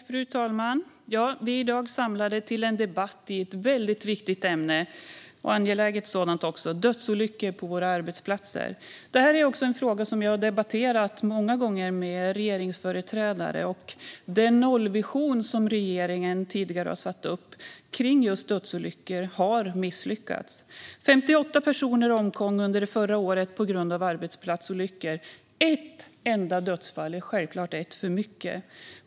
Frau talman! Vi är i dag samlade till en debatt i ett väldigt viktigt och angeläget ämne, nämligen dödsolyckor på våra arbetsplatser - en fråga som jag har debatterat många gånger med regeringsföreträdare. Den nollvision som regeringen tidigare har satt upp kring just dödsolyckor har misslyckats. Under förra året omkom 58 personer på grund av arbetsplatsolyckor. Ett enda dödsfall är självklart ett för mycket.